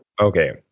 Okay